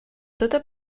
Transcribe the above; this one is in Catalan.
tota